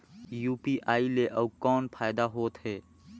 UPI ले अउ कौन फायदा होथ है?